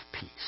peace